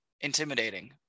intimidating